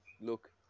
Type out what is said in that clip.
look